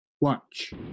Watch